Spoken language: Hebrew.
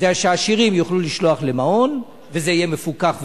שהעשירים יוכלו לשלוח למעון וזה יהיה מפוקח ונחמד,